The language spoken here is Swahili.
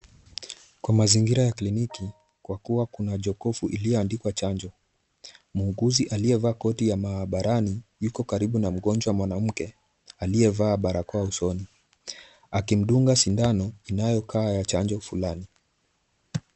Kwa mazingira ya kliniki kwa kuwa kuna jokofu lililoandikwa chanjo. Muuguzi aliyevaa koti ya maabarani yuko karibu na mgonjwa mwanamke, aliyevaa barakoa usoni akimdunga sindano inayokaa ya chanjo fulani.